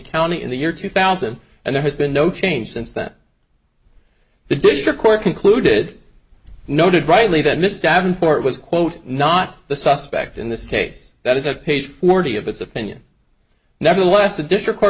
county in the year two thousand and there has been no change since that the district court concluded noted rightly that mr davenport was quote not the suspect in this case that is a page forty of its opinion nevertheless a district court